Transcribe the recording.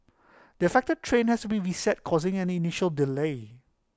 the affected train has to be reset causing an initial delay